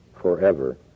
forever